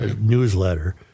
newsletter